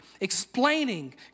explaining